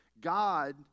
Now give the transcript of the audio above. God